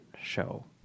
show